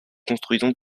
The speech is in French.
construisons